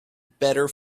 better